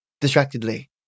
distractedly